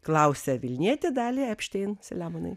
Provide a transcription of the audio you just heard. klausia vilnietė dalia epštein selemonai